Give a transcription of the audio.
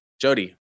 Jody